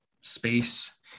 space